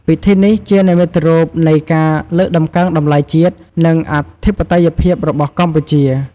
ពិធីនេះជានិមិត្តរូបនៃការលើកតម្កើងតម្លៃជាតិ និងអធិបតេយ្យភាពរបស់កម្ពុជា។